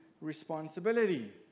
responsibility